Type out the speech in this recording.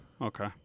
Okay